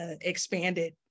expanded